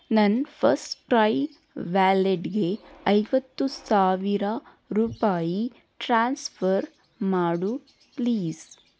ನನ್ನ ಫಸ್ಟ್ಕ್ರೈ ವ್ಯಾಲೆಟ್ಗೆ ಐವತ್ತು ಸಾವಿರ ರೂಪಾಯಿ ಟ್ರಾನ್ಸ್ಫರ್ ಮಾಡು ಪ್ಲೀಸ್